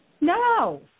No